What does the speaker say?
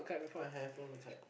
I have flown a kite